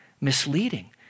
misleading